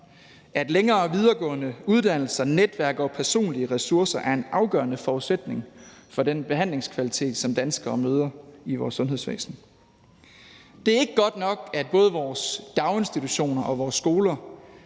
at længere og videregående uddannelser, netværk og personlige ressourcer er en afgørende forudsætning for den behandlingskvalitet, som danskere møder i vores sundhedsvæsen. Det er ikke godt nok, at både vores daginstitutioner og vores skoler